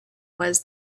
was